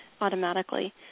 automatically